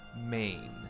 Maine